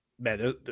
Man